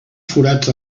forats